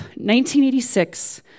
1986